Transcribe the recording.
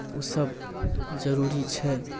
ओसभ जरूरी छै